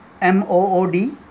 M-O-O-D